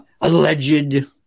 alleged